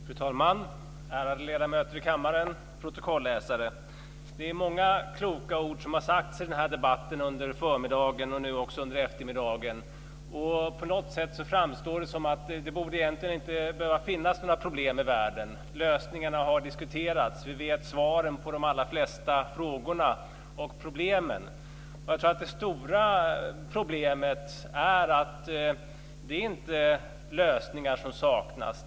Fru talman! Ärade ledamöter i kammaren! Protokolläsare! Det är många kloka ord som har sagts i den här debatten under förmiddagen och nu också under eftermiddagen. På något sätt framstår det som att det egentligen inte borde finnas några problem i världen. Lösningarna har diskuterats. Vi vet svaren på de allra flesta frågorna och problemen. Det är inte lösningar som saknas.